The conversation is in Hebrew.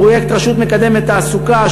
פרויקט רשות מקדמת תעסוקה,